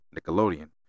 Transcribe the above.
Nickelodeon